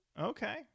okay